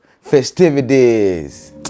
festivities